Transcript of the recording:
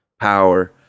power